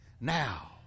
Now